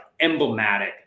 emblematic